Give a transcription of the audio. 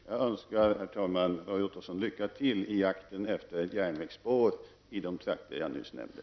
Herr talman! Lycka till, Roy Ottosson, i jakten efter järnvägsspåret i de trakter som jag nyss nämnde!